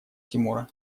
тимура